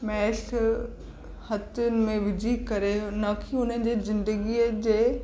mash हथनि में विझी करे हुनखे हुनजी ज़िंदगीअ जे